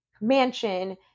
mansion